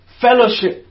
fellowship